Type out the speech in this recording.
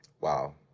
Wow